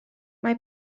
mae